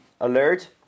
alert